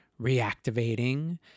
reactivating